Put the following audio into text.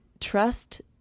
trust